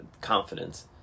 confidence